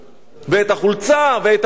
ואת החולצה ואת המעיל.